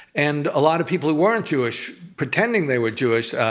and a lot of people who weren't jewish pretending they were jewish.